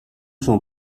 son